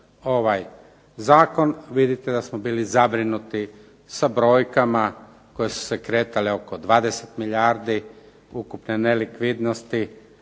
ovaj zakon, vidite da smo bili zabrinuti sa brojkama koje su se kretale oko 20 milijardi ukupne nelikvidnosti,